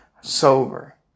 sober